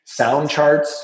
Soundcharts